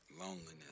Loneliness